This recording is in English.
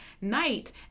night